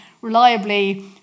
reliably